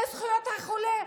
אלו זכויות החולה,